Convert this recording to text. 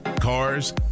cars